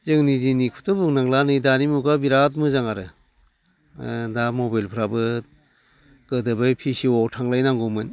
जोंनि दिननिखौथ' बुंनांला नै दानि मुगायाव बिराद मोजां आरो दा मबाइलफ्राबो गोदो बै पि सि अ आव थांलाय नांगौमोन